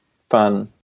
fun